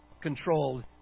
Controlled